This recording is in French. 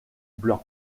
blanc